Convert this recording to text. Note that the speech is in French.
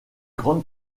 grands